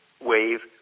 wave